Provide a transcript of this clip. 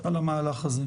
לא, זו הבעיה.